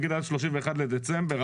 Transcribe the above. נגיד עד ל-31 בדצמבר.